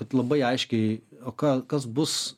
kad labai aiškiai o ką kas bus